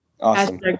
Awesome